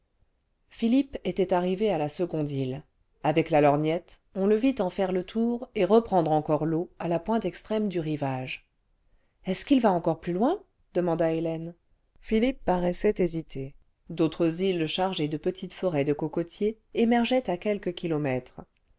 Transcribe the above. philippe était arrivé à la seconde île avec la lorgnette on le vit en faire le tour et reprendre encore l'eau à la pointe extrême du rivage ce est-ce qu'il va encore plus loin demanda hélène le vingtième siècle philippe paraissait hésiter d'autres îles chargées cle petites forêts de cocotiers émergeaient à quelques kilomètres